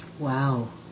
Wow